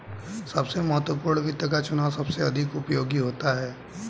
सबसे महत्वपूर्ण वित्त का चुनाव सबसे अधिक उपयोगी होता है